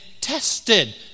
tested